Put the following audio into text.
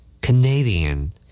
Canadian